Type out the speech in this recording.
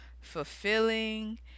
fulfilling